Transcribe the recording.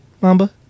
Mamba